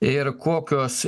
ir kokios